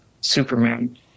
Superman